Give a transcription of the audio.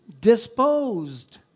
disposed